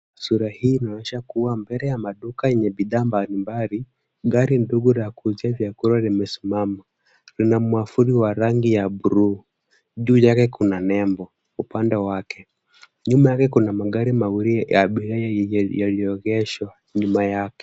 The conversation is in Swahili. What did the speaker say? Sura hii inaonyesha kuwa mbele ya maduka yenye bidhaa mbalimbali, gari ndogo la kuuzia vyakula limesimama, lina mwavuli wa rangi ya bluu, juu yake kuna nembo upande wake, nyuma yake kuna magari mawili ya abiria yaliyoegeshwa nyuma yake.